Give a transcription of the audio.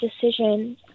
decision